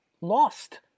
lost